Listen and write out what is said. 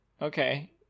okay